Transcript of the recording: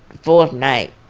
fourth night,